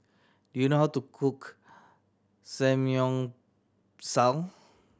do you know how to cook Samgyeopsal